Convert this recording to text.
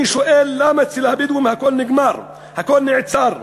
אני שואל, למה אצל הבדואים הכול נגמר, הכול נעצר?